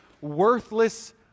worthless